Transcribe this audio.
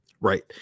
Right